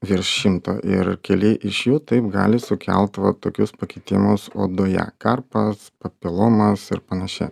virš šimto ir keli iš jų taip gali sukelt va tokius pakitimus odoje karpas papilomas ir panašiai